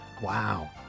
Wow